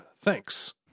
thanks